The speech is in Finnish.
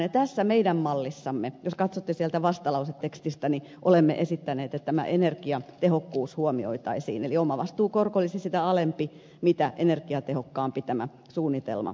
ja tässä meidän mallissamme jos katsotte sieltä vastalausetekstistä olemme esittäneet että energiatehokkuus huomioitaisiin eli omavastuukorko olisi sitä alempi mitä energiatehokkaampi suunnitelma olisi